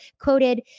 quoted